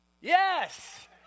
Yes